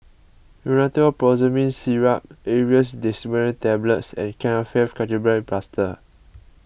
Rhinathiol Promethazine Syrup Aerius DesloratadineTablets and Kefentech Ketoprofen Plaster